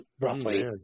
Roughly